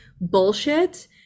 bullshit